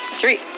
Three